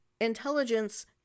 intelligence